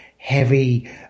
heavy